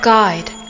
Guide